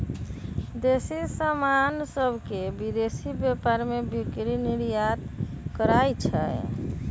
देसी समान सभके विदेशी व्यापार में बिक्री निर्यात कहाइ छै